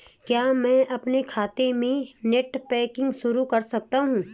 क्या मैं अपने खाते में नेट बैंकिंग शुरू कर सकता हूँ?